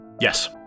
Yes